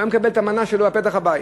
הוא היה מקבל את המנה שלו בפתח הבית.